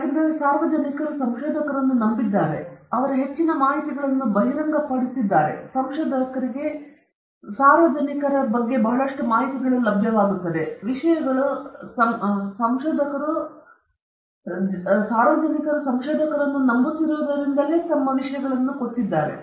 ಮತ್ತು ಅವರು ಸಂಶೋಧಕರನ್ನು ನಂಬಿದ್ದಾರೆ ಮತ್ತು ಅವರ ಬಗ್ಗೆ ಹೆಚ್ಚಿನ ಮಾಹಿತಿಗಳನ್ನು ಬಹಿರಂಗಪಡಿಸಿದ್ದಾರೆ ಮತ್ತು ಸಂಶೋಧಕರಿಗೆ ಈಗ ವಿಷಯದ ಬಗ್ಗೆ ಬಹಳಷ್ಟು ಮಾಹಿತಿಗಳಿವೆ ಮತ್ತು ವಿಷಯಗಳು ಸಂಶೋಧಕರನ್ನು ನಂಬುತ್ತಿರುವುದರಿಂದ ಇದು ನಡೆಯುತ್ತಿದೆ